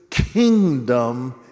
Kingdom